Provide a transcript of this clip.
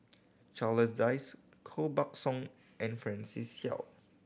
Charles Dyce Koh Buck Song and Francis Seow